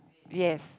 yes